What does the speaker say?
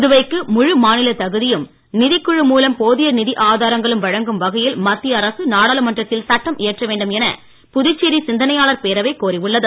புதுவைக்கு முழு மாநில தகுதியும் நிதிக் குழு மூலம் போதிய நிதி ஆதாரங்களும் வழங்கும் வகையில் மத்திய அரசு நாடாளுமன்றத்தில் சட்டம் இயற்ற வேண்டும் என புதுச்சேரி சிந்தனையாளர் பேரவை கோரியுள்ளது